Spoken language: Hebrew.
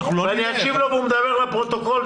אקשיב לו והוא מדבר לפרוטוקול.